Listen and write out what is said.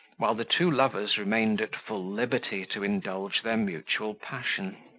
while the two lovers remained at full liberty to indulge their mutual passion.